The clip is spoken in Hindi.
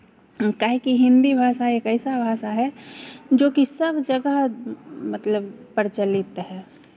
काहे कि हिंदी भाषा एक ऐसा भाषा है जोकि सब जगह मतलब प्रचलित है